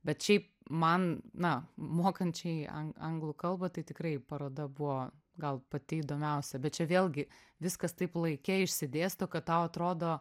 bet šiaip man na mokančiai an anglų kalba tai tikrai paroda buvo gal pati įdomiausia bet čia vėlgi viskas taip laike išsidėsto kad tau atrodo